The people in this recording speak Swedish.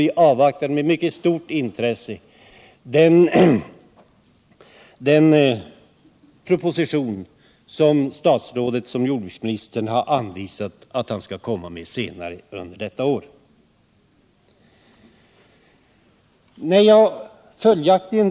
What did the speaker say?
Vi avvaktar med stort intresse den proposition som jordbruksministern sagt att han tänker framlägga senare under detta riksmöte.